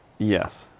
yes.